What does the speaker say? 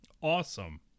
Awesome